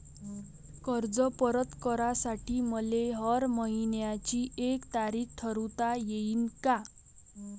कर्ज परत करासाठी मले हर मइन्याची एक तारीख ठरुता येईन का?